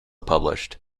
published